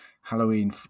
Halloween